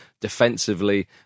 defensively